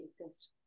exist